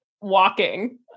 walking